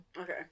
Okay